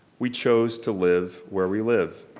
we chose to live where we live.